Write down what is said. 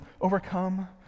overcome